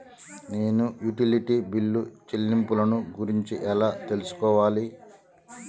నేను utility bill చెల్లింపులను గురించి ఎలా తెలుసుకోవాలి?